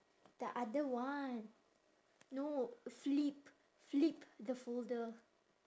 the other one no flip flip the folder